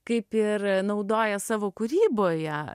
kaip ir naudoja savo kūryboje